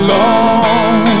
long